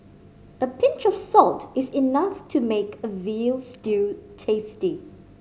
a pinch of salt is enough to make a veal stew tasty